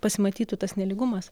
pasimatytų tas nelygumas